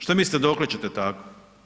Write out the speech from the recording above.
Šta mislite dokle čete tako?